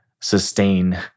sustain